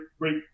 great